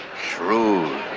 Shrewd